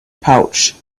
pouch